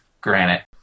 granite